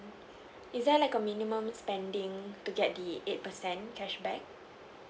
is there like a minimum spending to get the eight percent cashback